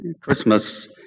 Christmas